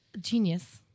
Genius